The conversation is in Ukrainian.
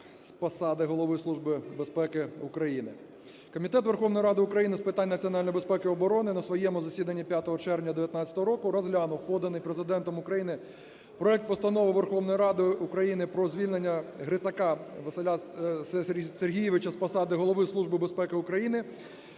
з посади Голови Служби безпеки України. Комітет Верховної Ради України з питань національної безпеки і оборони на своєму засіданні 5 червня 19-го року розглянув поданий Президентом України проект Постанови Верховної Ради України про звільнення Грицака Василя Сергійовича з посади Голови Служби безпеки України